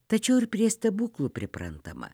tačiau ir prie stebuklų priprantama